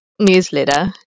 newsletter